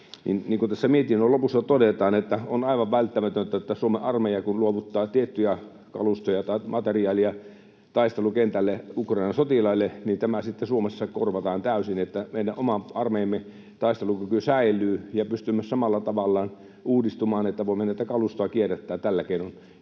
kuten tässä mietinnön lopussa todetaan, on aivan välttämätöntä, että kun Suomen armeija luovuttaa tiettyjä kalustoja tai materiaalia taistelukentälle Ukrainan sotilaille, niin tämä sitten Suomessa korvataan täysin, niin että meidän oman armeijamme taistelukyky säilyy ja pystymme samalla tavallaan uudistumaan, kun voimme näitä kalustoja kierrättää tällä keinoin,